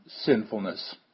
sinfulness